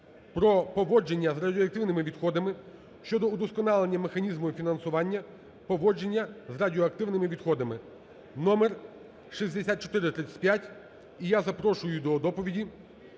"Про поводження з радіоактивними відходами" щодо удосконалення механізму фінансування поводження з радіоактивними відходами (номер 6435). І я запрошую до доповіді